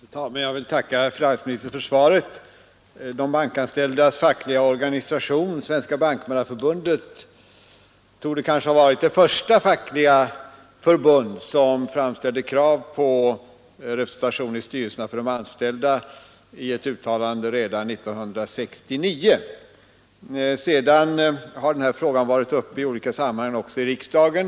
Fru talman! Jag vill tacka finansministern för svaret. De bankanställdas fackliga organisation, Svenska bankmannaförbundet, torde ha varit det första fackliga förbund som framställde krav på representation för de anställda i styrelsen. Detta gjordes i ett uttalande redan 1969. Sedan har denna fråga varit uppe i olika sammanhang också i riksdagen.